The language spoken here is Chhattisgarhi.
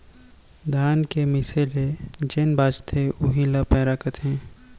धान के मीसे ले जेन बॉंचथे उही ल पैरा कथें